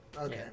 Okay